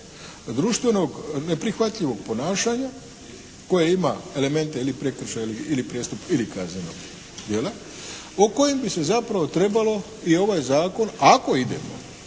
društvenog neprihvatljivog ponašanja koje ima elemente ili prekršaja ili prijestup ili kaznenog djela, o kojem bi se zapravo trebalo i ovaj zakon ako idemo